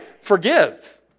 forgive